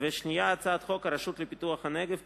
והצעת חוק הרשות לפיתוח הנגב (תיקון,